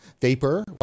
Vapor